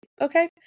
okay